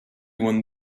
won